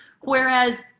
Whereas